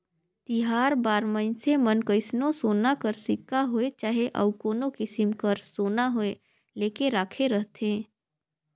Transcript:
तिहार बार मइनसे मन कइसनो सोना कर सिक्का होए चहे अउ कोनो किसिम कर सोना होए लेके राखे रहथें